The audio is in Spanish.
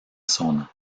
zona